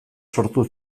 sortu